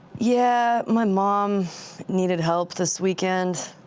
yeah, my mom needed help this weekend,